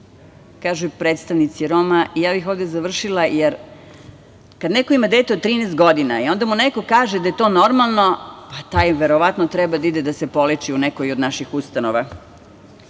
kažu predstavnici Roma. Ja bih ovde završila. Kad neko ima dete od 13 godina i onda mu neko kaže da je to normalno, pa taj verovatno treba da ide da se poleči u nekoj od naših